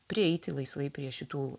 prieiti laisvai prie šitų